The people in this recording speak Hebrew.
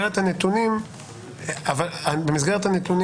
אבל בכל מקרה,